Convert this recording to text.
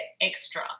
extra